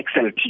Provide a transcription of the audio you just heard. XLT